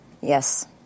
Yes